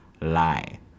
lie